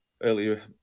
earlier